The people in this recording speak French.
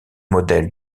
modèles